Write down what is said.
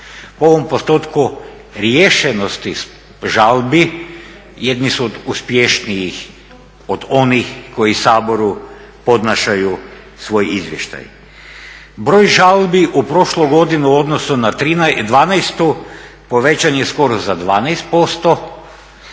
U ovom postotku riješenosti žalbi jedni su uspješniji od onih koji Saboru podnašaju svoj izvještaj. Broj žalbi u prošloj godini u odnosu na 2012. povećan je skoro za 12%